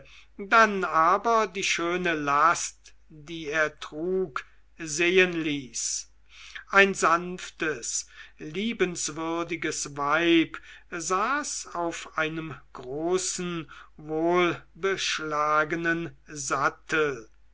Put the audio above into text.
dann aber die schöne last die er trug sehen ließ ein sanftes liebenswürdiges weib saß auf einem großen wohlbeschlagenen sattel